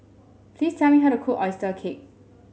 please tell me how to cook oyster cake